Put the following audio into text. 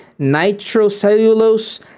nitrocellulose